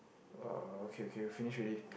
uh okay okay we finish already